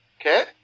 Okay